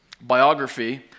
biography